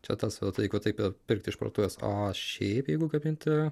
čia tas vat jeigu taip pirkti iš parduotuvės o šiaip jeigu gaminti